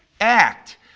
act